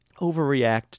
overreact